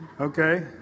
okay